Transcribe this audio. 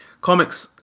comics